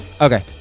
Okay